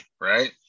right